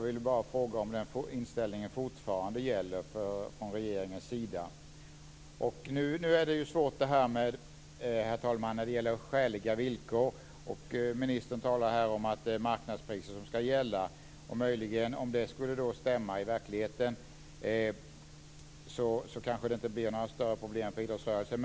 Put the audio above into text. Gäller den inställningen fortfarande från regeringens sida? Frågan om skäliga villkor, herr talman, är lite svår. Ministern talar om att det är marknadspriser som skall gälla. Om det stämmer med verkligheten kanske det inte blir några större problem för idrottsrörelsen.